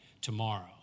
tomorrow